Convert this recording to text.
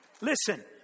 Listen